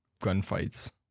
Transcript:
gunfights